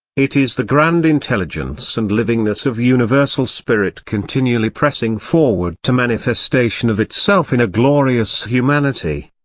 it is the grand intelligence and livingness of universal spirit continually pressing forward to manifestation of itself in a glorious humanity.